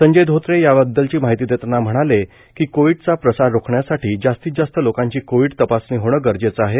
संजय धोत्रे याबददलची माहिती देताना म्हणाले की कोविडचा फैलाव रोखण्यासाठी जास्तीत जास्त लोकांची कोविड तपासणी होणे गरजेचे आहे